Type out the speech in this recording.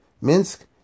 Minsk